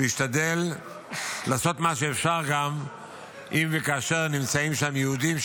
והשתדל לעשות מה שאפשר אם וכאשר נמצאים שם יהודים,